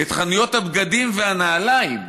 אלא את חנויות הבגדים והנעליים,